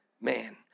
man